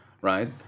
right